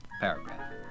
paragraph